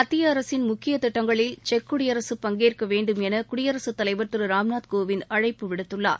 மத்திய அரசின் முக்கிய திட்டங்களில் செக் குடியரசு பங்கேற்க வேண்டும் என குடியரசுத்தலைவர் திரு ராம் நாத் கோவிந்த் அழைப்பு விடுத்துள்ளார்